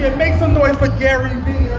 make some noise for garyvee